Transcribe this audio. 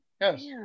Yes